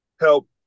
help